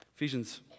Ephesians